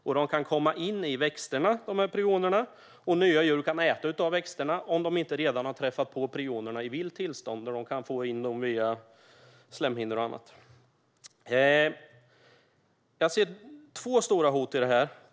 Prionerna kan komma in i växterna, och nya djur kan äta av växterna om de inte redan har träffat på prionerna i vilt tillstånd. De kan få in dem via slemhinnor och annat. Jag ser två stora hot i detta sammanhang.